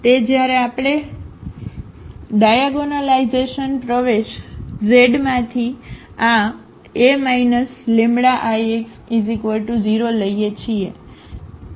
તે જ્યારે આપણે ડાયાગોનલાઇઝેશન પ્રવેશઝમાંથી આA λIx0 લઈએ છીએ